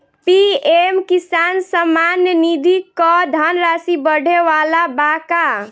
PM Kisan Samman Nidhi क धनराशि बढ़े वाला बा का?